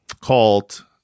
called